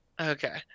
Okay